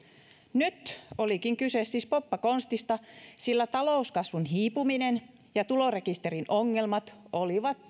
nyt olikin kyse siis poppakonstista sillä talouskasvun hiipuminen ja tulorekisterin ongelmat olivat